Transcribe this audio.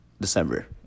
December